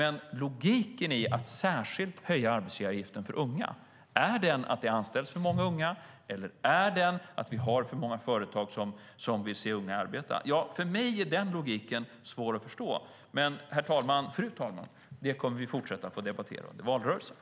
Är logiken att särskilt höja arbetsgivaravgiften för unga att det anställs för många unga eller att det finns för många företag som vill se unga arbeta? För mig är den logiken svår att förstå. Men, fru talman, det får vi fortsätta att debattera under valrörelsen.